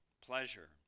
pleasure